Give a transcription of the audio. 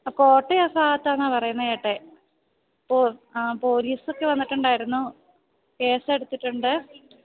കോട്ടയം ആ ഭാഗത്താണെന്നാണു പറയുന്നതു കേട്ടത് ഓഹ് ആ പൊലീസൊക്കെ വന്നിട്ടുണ്ടായിരുന്നു കേസ് എടുത്തിട്ടുണ്ട്